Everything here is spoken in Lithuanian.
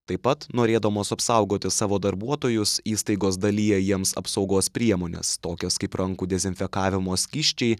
taip pat norėdamos apsaugoti savo darbuotojus įstaigos dalija jiems apsaugos priemones tokias kaip rankų dezinfekavimo skysčiai